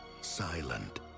Silent